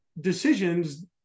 decisions